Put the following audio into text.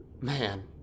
man